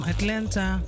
Atlanta